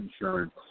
insurance